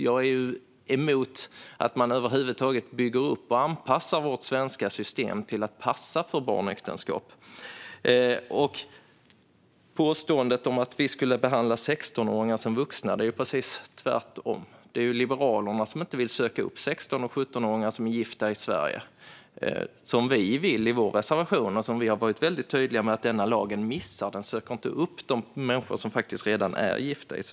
Dock är jag emot att man över huvud taget bygger upp och anpassar vårt svenska system till att passa för barnäktenskap. Vad gäller påståendet att vi skulle behandla 16-åringar som vuxna är det precis tvärtom. Det är ju Liberalerna som inte vill söka upp 16 och 17-åringar som är gifta i Sverige, vilket vi vill enligt vår reservation. Vi har varit tydliga med att denna lag missar detta med att söka upp dessa unga som redan är gifta.